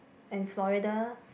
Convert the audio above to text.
and Florida